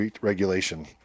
regulation